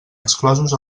exclosos